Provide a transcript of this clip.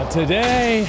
today